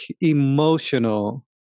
emotional